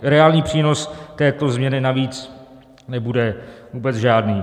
Reálný přínos této změny navíc nebude vůbec žádný.